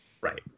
Right